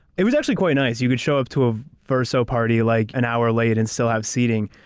it was actually quite nice. you could show up to a verso party, like an hour late and still have seating.